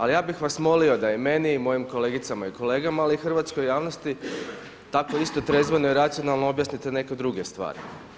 Ali ja bih vas molio da i meni i mojim kolegicama i kolegama, ali i hrvatskoj javnosti tako isto trezveno i racionalno objasnite neke druge stvari.